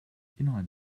innerhalb